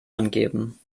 angeben